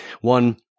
One